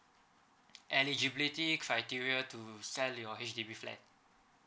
eligibility criteria to sell your H_D_B flat